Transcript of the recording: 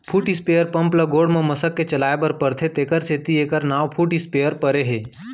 foot sprayer के pump ल गोड़ म मसक के चलाए बर परथे तेकर सेती एकर नांव फुट स्पेयर परे हे